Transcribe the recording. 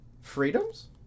freedoms